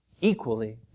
equally